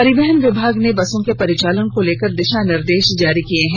परिवहन विभाग ने बसों के परिचालन को लेकर दिशा निर्देश जारी कर दिए हैं